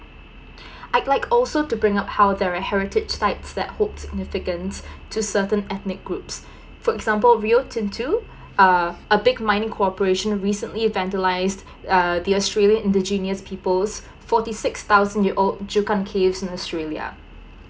I'd like also to bring up how there are heritage site that holds significance to certain ethnic groups for example rio tinto uh a big mining corporation recently vandalize uh the australian indigenous people's forty six thousand year old juukan cave in australia